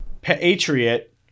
Patriot